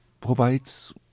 provides